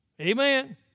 Amen